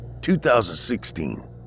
2016